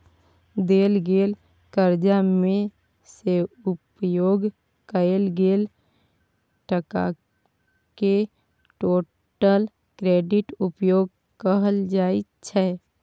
देल गेल करजा मे सँ उपयोग कएल गेल टकाकेँ टोटल क्रेडिट उपयोग कहल जाइ छै